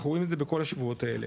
אנחנו רואים את זה בכל השבועות האלה,